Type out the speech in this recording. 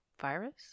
virus